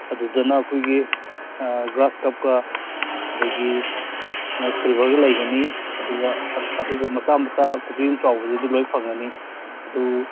ꯑꯗꯨꯗꯅ ꯑꯩꯈꯣꯏꯒꯤ ꯑꯥ ꯒ꯭ꯔꯥꯁ ꯀꯥꯞꯀ ꯑꯗꯒꯤ ꯑꯥ ꯁꯤꯜꯚꯔꯒ ꯂꯩꯒꯅꯤ ꯑꯗꯨꯒ ꯑꯗꯨꯒ ꯃꯆꯥ ꯃꯆꯥ ꯈꯨꯕꯤꯃꯨꯛ ꯆꯥꯎꯕꯗꯨꯗꯤ ꯂꯣꯏ ꯐꯪꯉꯅꯤ ꯑꯗꯨ